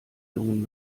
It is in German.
lungen